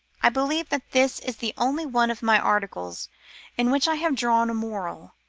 i believe that this is the only one of my articles in which i have drawn a moral,